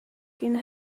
king